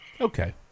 Okay